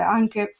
anche